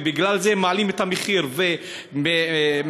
ובגלל זה הם מעלים את המחיר, אנחנו בעד.